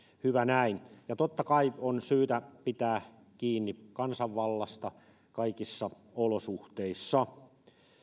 hyvä näin ja totta kai on syytä pitää kiinni kansanvallasta kaikissa olosuhteissa